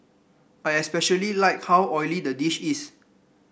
I especially like how oily the dish is